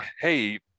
hey